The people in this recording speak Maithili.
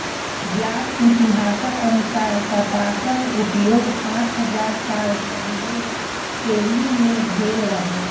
ज्ञात इतिहासक अनुसार कपासक उपयोग पांच हजार साल पहिने पेरु मे भेल रहै